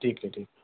ठीक आहे ठीक आहे